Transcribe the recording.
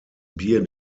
bier